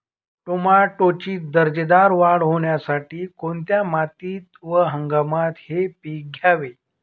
टोमॅटोची दर्जेदार वाढ होण्यासाठी कोणत्या मातीत व हंगामात हे पीक घ्यावे?